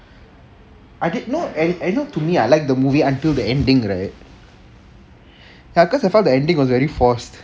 I did not no no to me I like the movie until the ending right ya because I found the ending was very forced